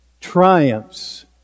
triumphs